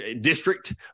district